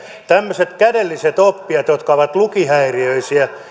tämmöiset kädelliset oppijat jotka ovat lukihäiriöisiä